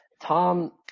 Tom